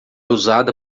usada